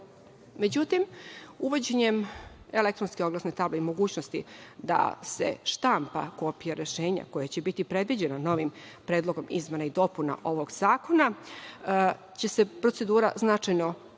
nastavi.Međutim, uvođenjem elektronske oglasne table i mogućnosti da se štampa kopija rešenja, koje će biti predviđeno novim predlogom izmena i dopuna ovog zakona, procedura će se značajno